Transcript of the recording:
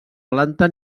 planta